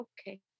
okay